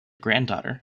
granddaughter